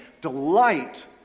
delight